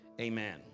Amen